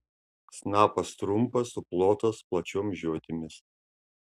snapas trumpas suplotas plačiom žiotimis